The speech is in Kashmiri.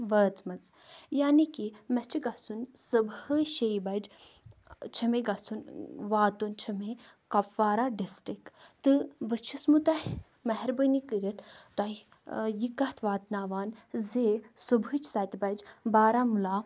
وٲژمٕژ یعنی کہِ مےٚ چھُ گژھُن صُبحٲے شیٚیہِ بَجہِ چھِ مےٚ گژھُن واتُن چھِ مےٚ کۄپوارا ڈِسٹرک تہٕ بہٕ چھُس مہٕ تۄہہِ مہربٲنی کٔرِتھ تۄہہِ یہِ کَتھ واتناوان زِ صُبحٕچ سَتہِ بَجہِ بارہمولہ